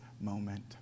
moment